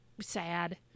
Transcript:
sad